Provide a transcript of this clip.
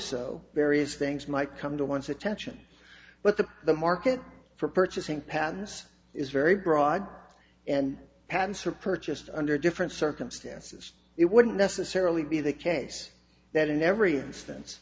so various things might come to once attention but the the market for purchasing patterns is very broad and patents are purchased under different circumstances it wouldn't necessarily be the case that in every instance